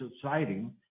subsiding